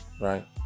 right